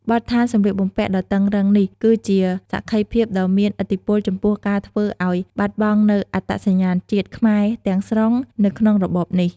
បទដ្ឋានសម្លៀកបំពាក់ដ៏តឹងរ៉ឹងនេះគឺជាសក្ខីភាពដ៏មានឥទ្ធិពលចំពោះការធ្វើឱ្យបាត់បង់នូវអត្តសញ្ញាណជាតិខ្មែរទាំងស្រុងនៅក្នុងរបបនេះ។